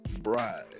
bride